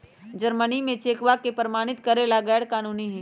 Germany में चेकवा के प्रमाणित करे ला गैर कानूनी हई